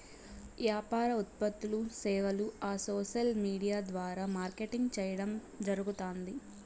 యాపార ఉత్పత్తులూ, సేవలూ ఆ సోసల్ విూడియా ద్వారా మార్కెటింగ్ చేయడం జరగుతాంది